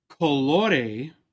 Colore